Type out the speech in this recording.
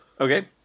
okay